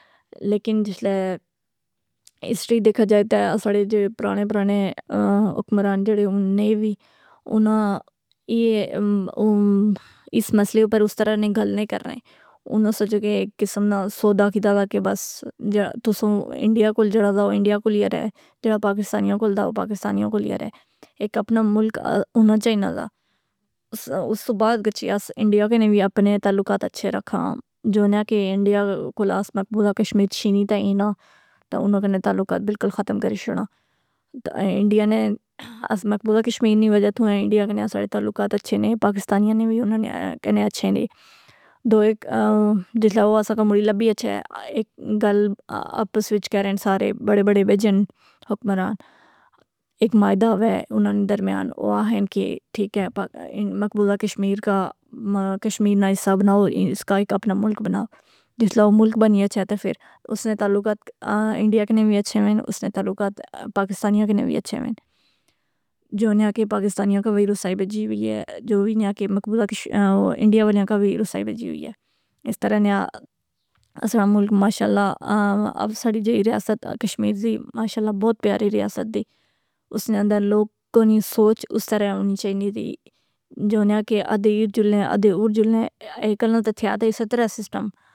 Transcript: لیکن جسلے ہسٹری دیکھا جائے تہ اساڑے پرانے پرانے حکمران جڑے اناں نے وئ اس مسئلے پر اس طرح نی گل نی کرنے۔ اناں سوچا کہ ایک قسم نا سودا کتا دا کہ بس جیڑا تساں انڈیا کول جیڑا دا انڈیا کو لیے رہ، جیڑا پاکستانیاں کو لیے رہ، ایک اپنا ملک ہونا چائنینا دا۔ اس تو بعد گچھی أس انڈیا کنے وی اپنے تعلقات اچھے رکھاں، جو اہنیاں کہ انڈیا کول اس مقبوضہ کشمیر چھینی تا اینا، تو اناں کنے تعلقات بلکل ختم کری شوڑاں۔ تا انڈیا نے أس مقبوضہ کشمیر نی وجہ تواے انڈیا کنا، ساڈے تعلقات اچھے نئ، پاکستانیا نے وی اناں کنے اچھے نئ۔ دو ایک جسلہ اواسہ کا مل لبی اچھے ہیں، ایک گل آپس وچ کرن سارے بڑے بڑے بیجن حکمران۔ ایک معائدہ ہوئے اناں نے درمیان، اوآہن کہ ٹھیک ہے کے پا مقبولہ کشمیرکا کشمیرنا حصہ بناؤ، اس کا ایک اپنا ملک بناؤ۔ جسلا او ملک بنی اچھے تے فراس نے تعلقات انڈیا کنے وی اچھے وین، اس نے تعلقات پاکستانیاں کنے وی اچھے وین۔ جو اہنیا کے پاکستانیاں کا ویرو سائیب جیوئی ہے، جو وی اہنیا کے مقبولہ انڈیا کا ویرو سائیب جیوئی ہے۔ اس طرح نیا اسا ڑا ملک ماشاءاللہ اب ساڑی جئ ریاست کشمیر زی ماشاءاللہ بہت پیاری ریاست دی، اس نے اندر لوگاں نی سوچ اس طرح ہونی چائنینی دی، جو اہنیا کے ادے ارجلنے ادے اورجلنے، ایک کلنہ تے تھیا تے سترہ سسٹم۔